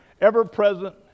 ever-present